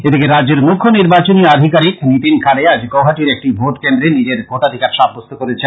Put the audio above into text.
এদিকে রাজ্যের মুখ্য নির্বাচন আধিকারীক নীতিন খাড়ে আজ গুয়াহাটীর একটি ভোটকেন্দ্রে নিজের ভোটাধিকার সাবস্ত্য করেছেন